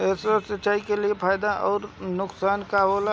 Sprinkler सिंचाई से फायदा अउर नुकसान का होला?